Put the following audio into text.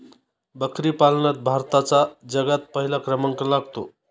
बकरी पालनात भारताचा जगात पहिला क्रमांक लागतो